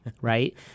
Right